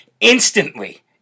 instantly